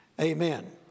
Amen